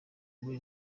muri